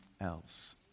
else